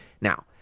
Now